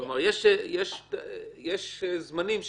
יש זמנים שנקבעו.